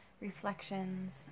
reflections